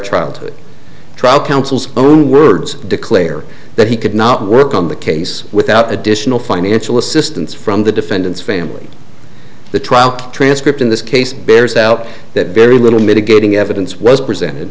to trial counsel's own words declare that he could not work on the case without additional financial assistance from the defendant's family the trial transcript in this case bears out that very little mitigating evidence was presented